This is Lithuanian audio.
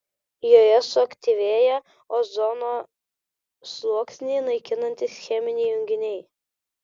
joje suaktyvėja ozono sluoksnį naikinantys cheminiai junginiai